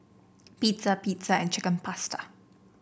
Pizza Pizza and Chicken Pasta